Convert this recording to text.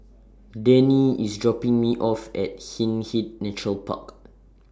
Denny IS dropping Me off At Hindhede Nature Park